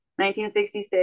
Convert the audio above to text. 1966